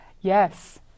Yes